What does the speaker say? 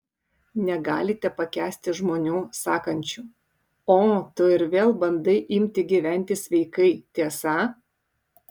negalite pakęsti žmonių sakančių o tu ir vėl bandai imti gyventi sveikai tiesa